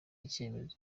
icyemezo